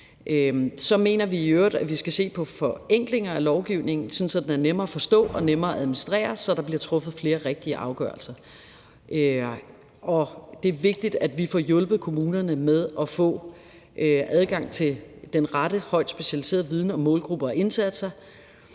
Så mener vi i øvrigt, at vi skal se på forenkling af lovgivningen, så den er nemmere at forstå og nemmere at administrere, så der bliver truffet flere rigtige afgørelser. Det er vigtigt, at vi får hjulpet kommunerne med at få adgang til den rette højt specialiserede viden om målgrupper og indsatser.